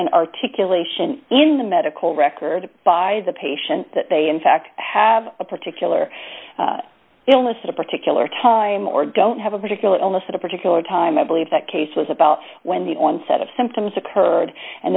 an articulation in the medical record by the patient that they in fact have a particular illness a particular time or don't have a particular illness at a particular time i believe that case was about when the onset of symptoms occurred and